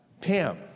Pam